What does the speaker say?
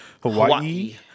Hawaii